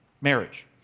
marriage